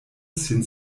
sin